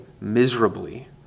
miserably